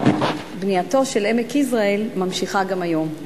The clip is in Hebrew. בנייתו של עמק יזרעאל ממשיכה גם היום.